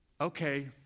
Okay